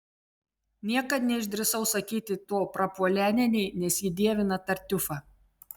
niekad neišdrįsau sakyti to prapuolenienei nes ji dievina tartiufą